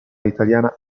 italiana